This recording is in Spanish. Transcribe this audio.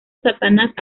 satanás